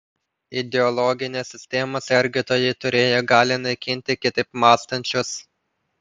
ideologinės sistemos sergėtojai turėjo galią naikinti kitaip mąstančius